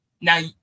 Now